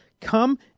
come